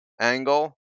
angle